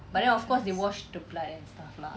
but then of course they wash the blood and stuff lah